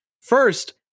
First